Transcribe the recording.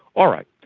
all right,